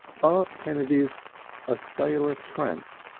bart kennedy's a sailor tramp,